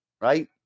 right